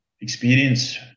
experience